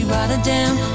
Rotterdam